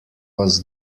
was